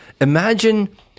Imagine